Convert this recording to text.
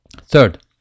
third